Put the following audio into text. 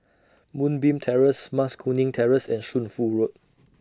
Moonbeam Terrace Mas Kuning Terrace and Shunfu Road